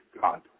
God